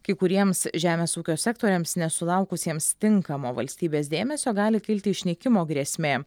kai kuriems žemės ūkio sektoriams nesulaukusiems tinkamo valstybės dėmesio gali kilti išnykimo grėsmė